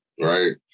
right